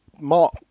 Mark